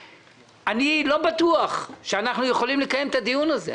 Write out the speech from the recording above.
אני לא בטוח שאנחנו יכולים לקיים את הדיון הזה,